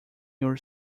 your